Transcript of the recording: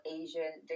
asian